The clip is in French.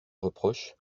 reproche